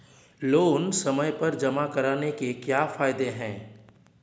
Loan समय पर जमा कराने के क्या फायदे हैं?